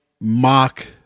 mock